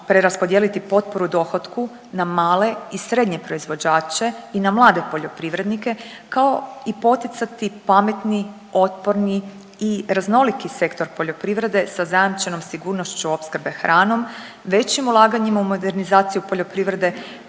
preraspodijeliti potporu dohotku na male i srednje proizvođače i na mlade poljoprivrednike kao i poticati pametni, otporni i raznoliki sektor poljoprivrede sa zajamčenom sigurnošću opskrbe hranom, većim ulaganjima u modernizaciju poljoprivrede